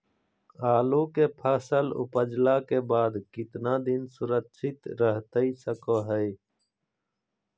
आलू के फसल उपजला के बाद कितना दिन सुरक्षित रहतई सको हय?